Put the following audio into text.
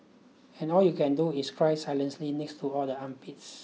and all you can do is cry silently next to all the armpits